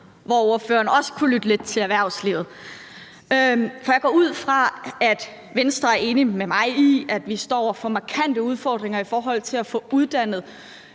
hvor ordføreren også kunne lytte lidt til erhvervslivet. For jeg går ud fra, at Venstre er enig med mig i, at vi står over for markante udfordringer i forhold til at få uddannet